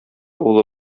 улы